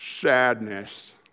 sadness